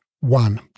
one